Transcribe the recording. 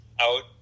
out